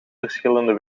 verschillende